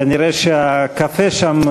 כנראה הקפה שם,